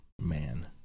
Man